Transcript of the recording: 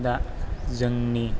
दा जोंनि